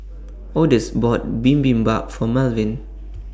Odus bought Bibimbap For Malvin